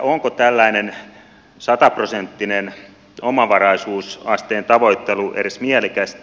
onko tällainen sataprosenttisen omavaraisuusasteen tavoittelu edes mielekästä